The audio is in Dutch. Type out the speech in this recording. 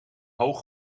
hoog